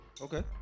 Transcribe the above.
Okay